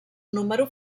número